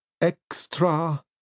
extra